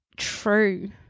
true